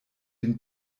den